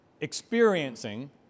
experiencing